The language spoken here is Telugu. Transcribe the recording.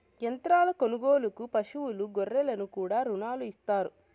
యంత్రాల కొనుగోలుకు పశువులు గొర్రెలకు కూడా రుణాలు ఇత్తారు